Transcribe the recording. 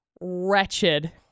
wretched